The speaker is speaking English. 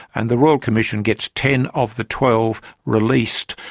and the royal commission gets ten of the twelve released.